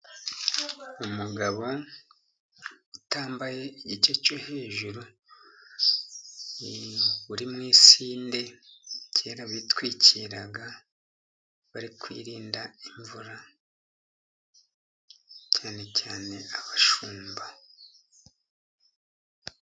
Imugabo utambaye igice cyo hejuru uri mu isinde kera bitwikiraga bari kwirinda imvura cyane cyane abashumba.